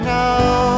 now